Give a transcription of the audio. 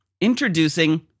Introducing